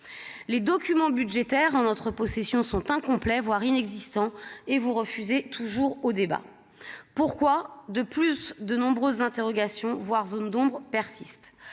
les documents budgétaires en notre possession sont incomplets, voire inexistants et vous refusez toujours au débat, pourquoi, de plus, de nombreuses interrogations voire zones d'ombres persistent,